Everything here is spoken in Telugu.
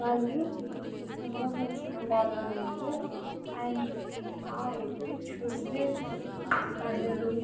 వాళ్ళు పెంపొందించుకుంటాడు అని అంటే అడ్ ఆ వ్యక్తి చూసే పనులు